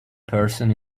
person